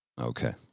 Okay